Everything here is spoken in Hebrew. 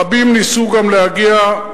רבים ניסו גם להגיע,